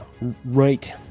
right